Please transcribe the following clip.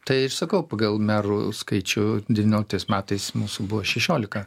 tai ir sakau pagal merų skaičių devynioliktais metais mūsų buvo šešiolika